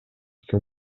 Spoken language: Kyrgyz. ким